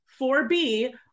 4B